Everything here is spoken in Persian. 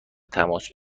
تماس